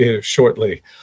shortly